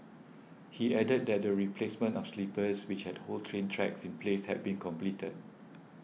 he added that the replacement of sleepers which hold train tracks in place had been completed